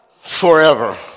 forever